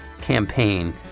campaign